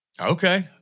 Okay